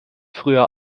früher